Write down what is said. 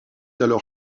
alors